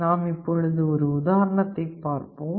நாம் இப்பொழுது ஒரு உதாரணத்தை பார்ப்போம்